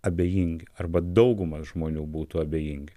abejingi arba dauguma žmonių būtų abejingi